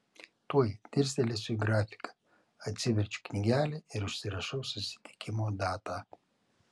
tuoj dirstelėsiu į grafiką atsiverčiu knygelę ir užsirašau susitikimo datą